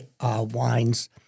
wines